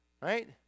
Right